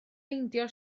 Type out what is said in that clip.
meindio